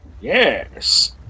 yes